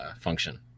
function